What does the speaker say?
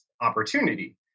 opportunity